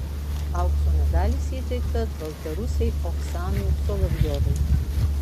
aukso medalis įteiktas baltarusei oksanai solovjovai